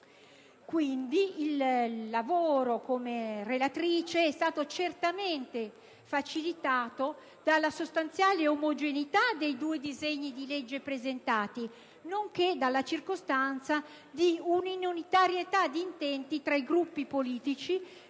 finanza. Il lavoro della relatrice è stato certamente facilitato dalla sostanziale omogeneità dei due disegni di legge presentati, nonché dalla circostanza di un'unitarietà di intenti tra i Gruppi che